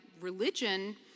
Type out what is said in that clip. religion